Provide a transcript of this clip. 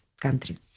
country